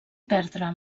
perdre